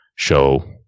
show